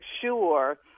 sure